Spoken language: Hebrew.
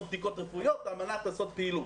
בדיקות רפואיות על מנת לעשות פעילות.